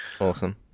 awesome